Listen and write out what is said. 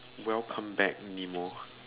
welcome back nemo